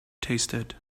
tasted